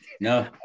no